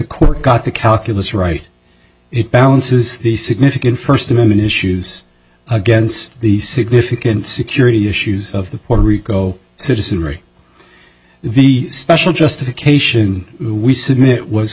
court got the calculus right it balances the significant first amendment issues against the significant security issues of the puerto rico citizenry the special justification who we submit was